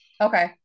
okay